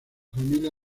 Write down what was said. familia